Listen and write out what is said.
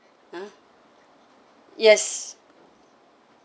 ha yes